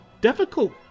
difficult